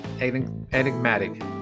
enigmatic